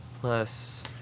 plus